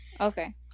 Okay